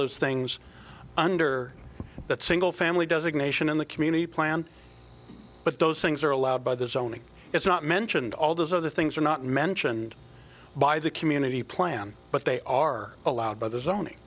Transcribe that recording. those things under that single family does ignition in the community plan but those things are allowed by the zoning it's not mentioned all those other things are not mentioned by the community plan but they are allowed b